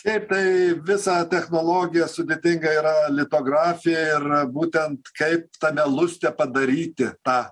taip tai visa technologija sudėtinga yra litografija ir būtent kaip tame luste padaryti tą